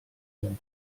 mon